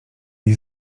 jej